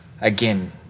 again